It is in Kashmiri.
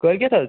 کٲلکیٚتھ حظ